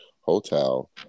Hotel